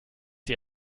sie